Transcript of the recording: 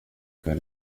kare